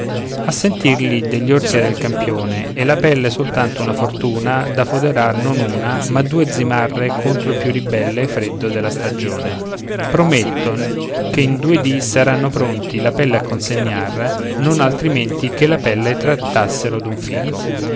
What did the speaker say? a sentirli degli orsi era il campione e la pelle soltanto una fortuna da foderar non una ma due zimarre contro il più ribelle freddo della stagione prometton che in due dì saranno pronti la pelle a consegnar non altrimenti che la pelle trattassero d'un fico